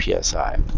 psi